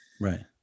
right